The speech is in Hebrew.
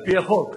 על-פי החוק,